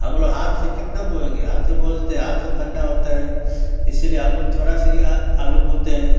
हम लोग हाथ से कितना बोएंगे हाथ से बो देते हैं हाथ से करना होता है त इसलिए हम लोग थोड़ा से आलू बोते हैं